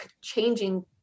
changing